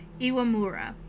Iwamura